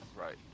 Right